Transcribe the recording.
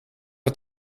een